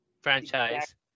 franchise